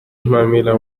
mpamira